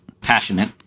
passionate